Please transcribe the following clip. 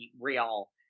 real